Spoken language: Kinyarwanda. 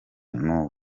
n’ubu